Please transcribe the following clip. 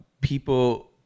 people